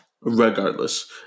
Regardless